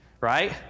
Right